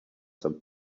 some